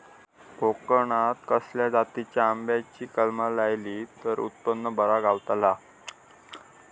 कोकणात खसल्या जातीच्या आंब्याची कलमा लायली तर उत्पन बरा गावताला?